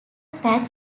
pac